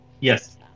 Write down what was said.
Yes